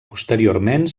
posteriorment